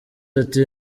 ati